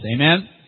Amen